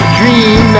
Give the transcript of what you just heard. dream